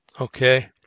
Okay